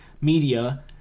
media